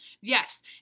Yes